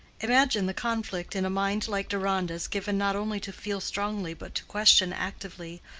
imagine the conflict in a mind like deronda's given not only to feel strongly but to question actively,